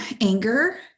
anger